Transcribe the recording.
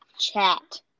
chat